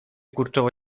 kurczowo